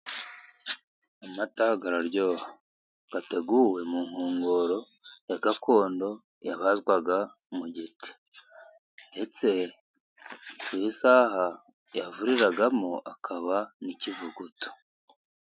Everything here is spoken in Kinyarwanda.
Amata araryoha. Yateguwe mu nkongoro ya gakondo yabazwaga mu giti. Ndetse ku isaha yavuriragamo akaba n'ikivuguto.